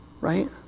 right